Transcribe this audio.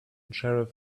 sheriff